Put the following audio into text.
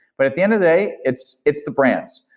but at the end of the day, it's it's the brands.